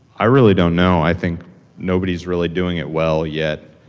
i really don't know. i think nobody's really doing it well yet.